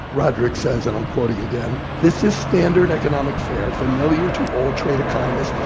roderick says, and i'm quoting again, this is standard economic fare familiar to all trade economists,